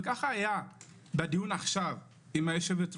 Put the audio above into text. וכך היה בדיון עכשיו עם היושבת-ראש,